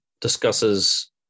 discusses